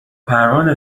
پروانه